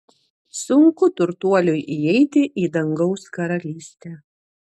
sunku turtuoliui įeiti į dangaus karalystę